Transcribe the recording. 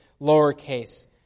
lowercase